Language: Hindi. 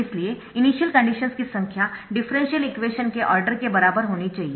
इसलिए इनिशियल कंडीशन्स की संख्या डिफरेंशियल इक्वेशन के आर्डर के बराबर होनी चाहिए